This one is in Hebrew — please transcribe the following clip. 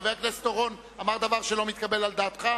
חבר הכנסת אורון אמר דבר שלא מתקבל על דעתך?